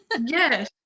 yes